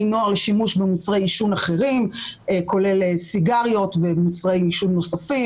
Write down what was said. נוער לשימוש במוצרי שימוש אחרים כולל סיגריות ומוצרי עישון נוספים.